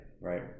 right